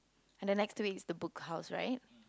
and then next to it is the Book House right